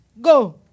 go